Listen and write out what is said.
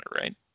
right